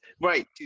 Right